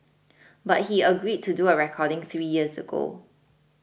but he agreed to do a recording three years ago